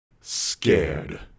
Scared